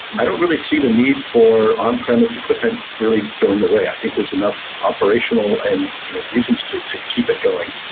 i don't really see the need for on-premise equipment really going away. i think there's enough operational and you know reasons to to keep it going.